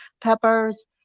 peppers